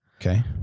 Okay